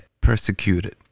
persecuted